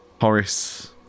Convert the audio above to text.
Horace